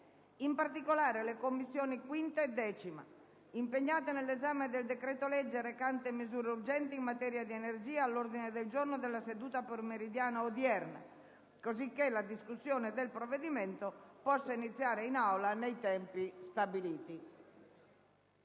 in particolare le Commissioni 5a e 10a, impegnate nell'esame del decreto-legge recante misure urgenti in materia di energia, all'ordine del giorno della seduta pomeridiana odierna, cosicché la discussione del provvedimento possa iniziare in Aula nei tempi stabiliti.